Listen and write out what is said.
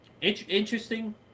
interesting